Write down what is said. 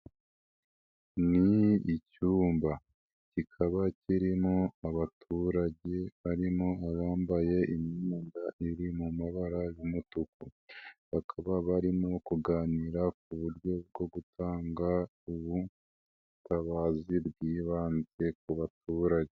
Ni icyumba kikaba kirimo abaturage barimo abambaye imyenda iri mu mabara y'umutuku. Bakaba barimo kuganira ku buryo bwo gutanga ubutabazi bw'ibanze ku baturage.